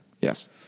Yes